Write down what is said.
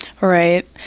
Right